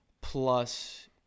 Plus